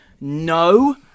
no